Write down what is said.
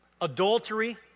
Adultery